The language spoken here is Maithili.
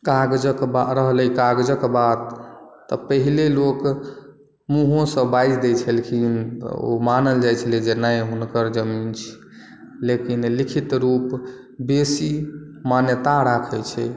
कागजक बात रहलै कागजक बात तऽ पहिले लोक मुँहो सॅं बाजि दै छलखिन तऽ ओ मानल जाइत छलै जे नहि हुनकर जमीन छी लेकिन लिखित रूप बेसी मान्यता राखै छै